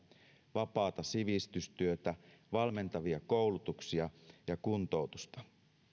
vapaata sivistystyötä valmentavia koulutuksia ja kuntoutusta